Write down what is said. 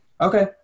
okay